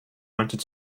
wanted